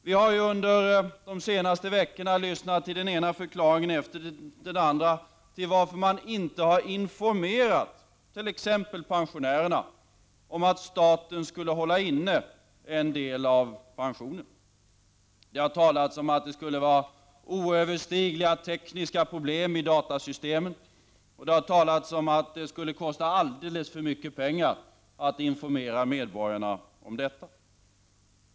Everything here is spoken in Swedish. Vi har under de senaste veckorna lyssnat till den ena förklaringen efter den andra till varför man inte har informerat t.ex. pensionärerna om att staten skulle hålla inne en del av pensionen. Det har talats om att det skulle innebära oöverstigliga tekniska problem i datasystemen och att det skulle kosta alldeles för mycket pengar att informera medborgarna om detta.